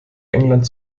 england